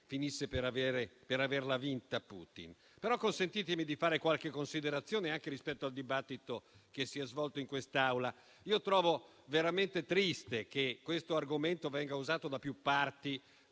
finisse per averla vinta Putin. Consentitemi, però, di fare qualche considerazione anche rispetto al dibattito che si è svolto in quest'Aula. Trovo veramente triste che questo argomento venga usato da più parti